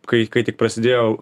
kai kai tik prasidėjo